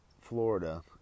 Florida